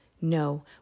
No